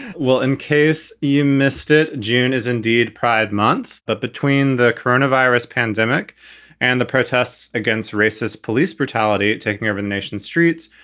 well, in case you missed it, june is indeed pride month. but between the coronavirus pandemic and the protests against racist police brutality taking over the nation's streets,